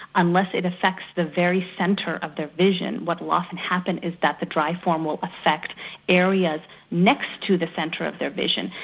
unless it affects the very centre of the vision. what will often happen is that the dry form will affect areas next to the centre of their vision,